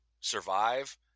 survive